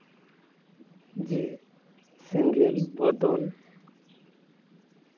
ᱡᱮ ᱥᱮᱸᱜᱮᱞ ᱵᱚᱫᱚᱞ